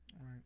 right